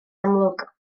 amlwg